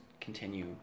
continue